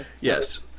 Yes